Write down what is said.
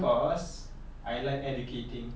because I like educating